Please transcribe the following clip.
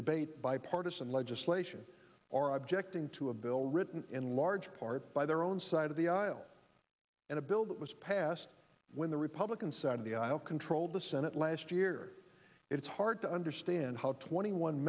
ebate bipartisan legislation are objecting to a bill written in large part by their own side of the aisle and a bill that was passed when the republican side of the aisle controlled the senate last year it's hard to understand how twenty one